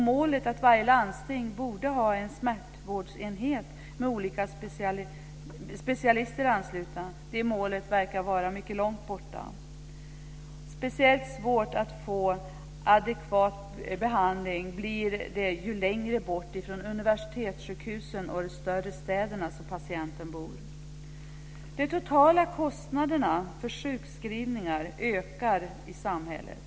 Målet är att varje landsting borde ha en smärtvårdsenhet med olika specialister anslutna. Det målet verkar vara mycket långt borta. Speciellt svårt att få adekvat behandling blir det ju längre bort från universitetssjukhusen och de större städerna som patienten bor. De totala kostnaderna för sjukskrivningar ökar i samhället.